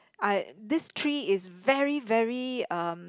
I this tree is very very um